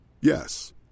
Yes